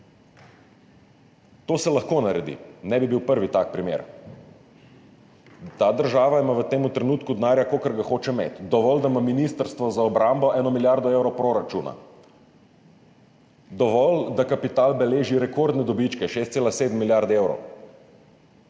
To se lahko naredi, ne bi bil prvi tak primer. Ta država ima v tem trenutku denarja, kolikor ga hoče imeti, dovolj, da ima Ministrstvo za obrambo eno milijardo evrov proračuna, dovolj, da kapital beleži rekordne dobičke – 6,7 milijarde evrov.